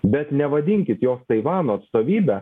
bet nevadinkit jos taivano atstovybe